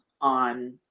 on